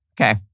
Okay